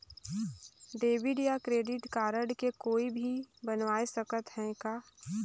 Debit या credit card के कोई भी बनवाय सकत है का?